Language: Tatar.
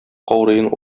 каурыен